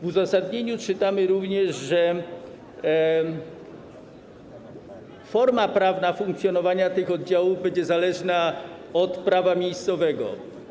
W uzasadnieniu czytamy również, że forma prawna funkcjonowania tych oddziałów będzie zależna od prawa miejscowego.